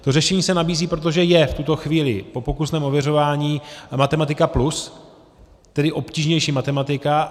To řešení se nabízí, protože je v tuto chvíli po pokusném ověřování Matematika+, tedy obtížnější matematika.